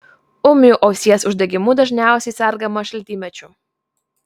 ūmiu ausies uždegimu dažniausiai sergama šaltymečiu